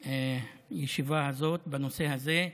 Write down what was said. בישיבה הזאת, בנושא הזה,